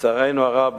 לצערנו הרב,